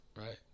right